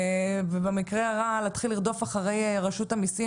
ובמקרה הרע להתחיל לרדוף אחרי רשות המיסים.